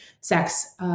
sex